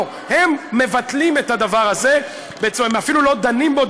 לא, הם מבטלים את הדבר הזה, הם אפילו לא דנים בו.